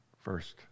first